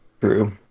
True